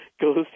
goes